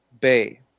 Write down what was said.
Bay